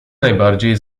najbardziej